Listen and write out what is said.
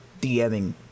DMing